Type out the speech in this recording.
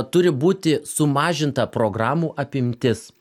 turi būti sumažinta programų apimtis